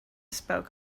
spoke